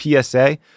PSA